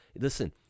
Listen